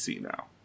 now